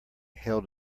held